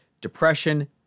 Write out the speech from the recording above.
depression